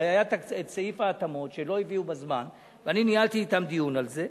הרי היה סעיף ההתאמות שלא הביאו בזמן ואני ניהלתי אתם דיון על זה,